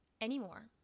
anymore